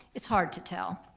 it's hard to tell.